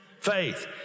Faith